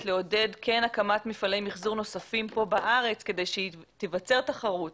כן לעודד הקמת מפעלי מיחזור נוספים כאן בארץ כדי שתיווצר תחרות